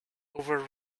over